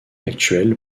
actuel